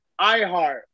iHeart